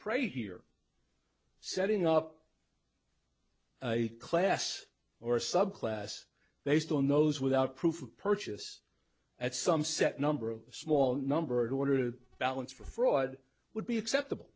e here setting up a class or a subclass based on those without proof of purchase at some set number of small number to order the balance for fraud would be acceptable